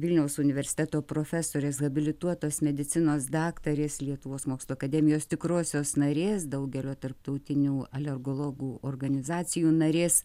vilniaus universiteto profesorės habilituotos medicinos daktarės lietuvos mokslų akademijos tikrosios narės daugelio tarptautinių alergologų organizacijų narės